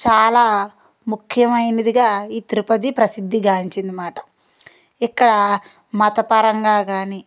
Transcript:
చాలా ముఖ్యమైనదిగా ఈ తిరుపతి ప్రసిద్ధి గాంచింది అన్నమాట ఇక్కడ మతపరంగా కానీ